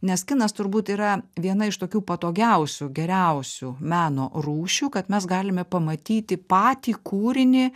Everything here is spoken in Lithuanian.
nes kinas turbūt yra viena iš tokių patogiausių geriausių meno rūšių kad mes galime pamatyti patį kūrinį